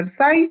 website